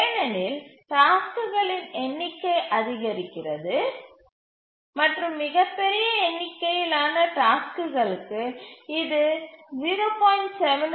ஏனெனில் டாஸ்க்குகளின் எண்ணிக்கை அதிகரிக்கிறது மற்றும் மிகப் பெரிய எண்ணிக்கையிலான டாஸ்க்குகளுக்கு இது 0